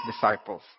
disciples